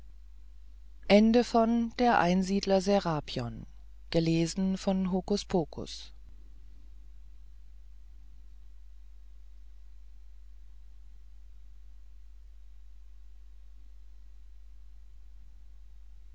der einsiedler serapion sei